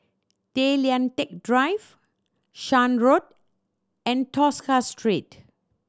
Tay Lian Teck Drive Shan Road and Tosca Street